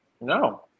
No